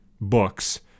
books –